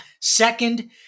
Second